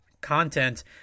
content